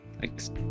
Thanks